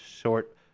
short